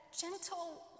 gentle